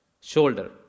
shoulder